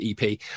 EP